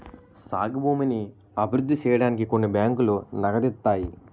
సాగు భూమిని అభివృద్ధి సేయడానికి కొన్ని బ్యాంకులు నగదిత్తాయి